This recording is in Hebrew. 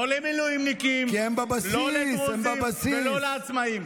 לא למילואימניקים לא לדרוזים ולא לעצמאים.